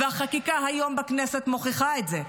והחקיקה היום בכנסת מוכיחה את זה.